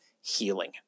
healing